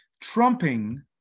trumping